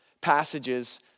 passages